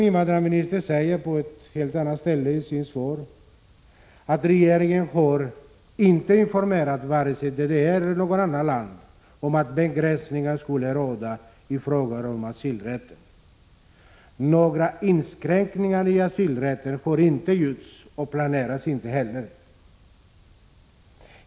Invandrarministern säger på ett annat ställe i sitt svar: ”Regeringen har inte informerat vare sig DDR eller något annat land om att begränsningar skulle råda ifråga om asylrätten. Några inskränkningar i asylrätten har inte gjorts och planeras inte heller.